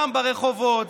דם ברחובות.